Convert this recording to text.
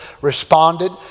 responded